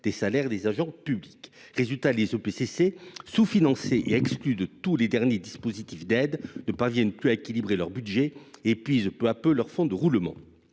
des traitements des agents publics. Résultat, les EPCC, sous financés et exclus de tous les derniers dispositifs d’aide, ne parviennent plus à équilibrer leur budget et épuisent peu à peu leur fonds de roulement.